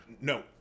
No